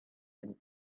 and